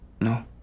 No